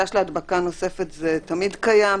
חשש להדבקה נוספת תמיד קיים,